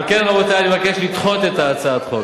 על כן, רבותי, אני מבקש לדחות את הצעת החוק.